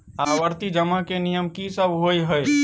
आवर्ती जमा केँ नियम की सब होइ है?